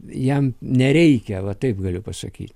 jam nereikia va taip galiu pasakyt